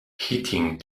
heating